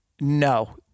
no